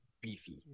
beefy